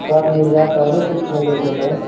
सब मिल जाइत आरु किछु लेबै के छै